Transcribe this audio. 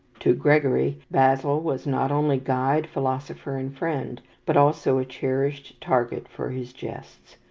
to gregory, basil was not only guide, philosopher, and friend but also a cherished target for his jests.